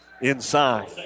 inside